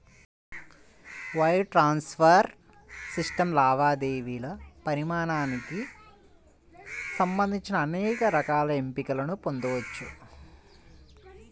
wire transfer system లావాదేవీల పరిమాణానికి సంబంధించి అనేక రకాల ఎంపికలను పొందొచ్చు